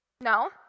No